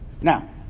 Now